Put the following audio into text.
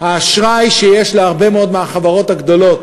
האשראי שיש להרבה מאוד מהחברות הגדולות,